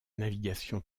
navigation